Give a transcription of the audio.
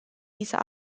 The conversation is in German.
dieser